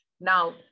Now